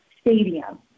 stadium